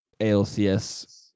ALCS